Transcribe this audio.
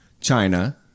china